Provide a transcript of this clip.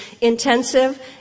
intensive